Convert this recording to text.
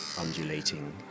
undulating